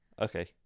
okay